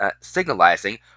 signalizing